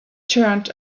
turned